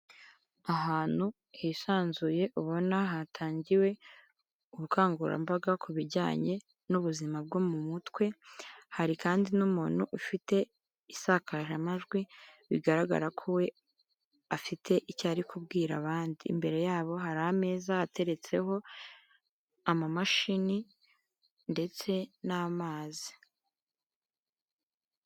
Ahantu hisanzuye ubona hatangiwe, ubukangurambaga ku bijyanye n'ubuzima bwo mu mutwe, hari kandi n'umuntu ufite isakazamajwi bigaragara ko we afite icyo ari kubwira abandi, imbere yabo hari ameza ateretseho, amamashini ndetse n'amazi.